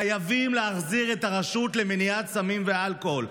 חייבים להחזיר את הרשות למניעת סמים ואלכוהול.